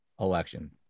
election